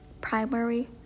primary